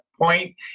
point